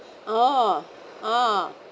oh oh